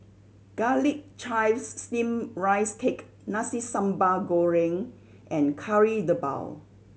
Garlic Chives Steamed Rice Cake Nasi Sambal Goreng and Kari Debal